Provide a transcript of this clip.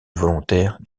volontaires